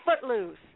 Footloose